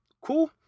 Cool